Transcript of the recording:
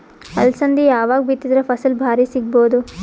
ಅಲಸಂದಿ ಯಾವಾಗ ಬಿತ್ತಿದರ ಫಸಲ ಭಾರಿ ಸಿಗಭೂದು?